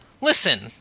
Listen